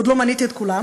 ועוד לא מניתי את כולן,